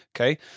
Okay